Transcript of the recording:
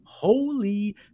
Holy